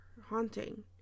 haunting